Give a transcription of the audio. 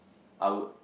I would